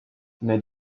mais